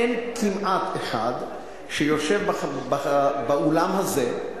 אין כמעט אחד שיושב באולם הזה,